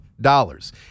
dollars